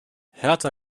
hertha